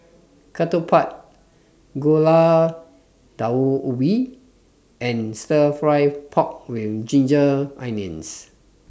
Ketupat Gulai Daun Ubi and Stir Fry Pork with Ginger Onions